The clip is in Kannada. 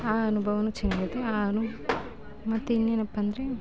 ಆ ಅನುಭವವೂ ಚೆನ್ನಾಗೈತೆ ಆ ಅನು ಮತ್ತೆ ಇನ್ನೇನಪ್ಪ ಅಂದ್ರೆ